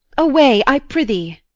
away, i prithee.